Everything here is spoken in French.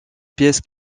pièce